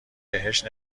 بهش